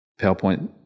PowerPoint